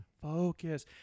Focus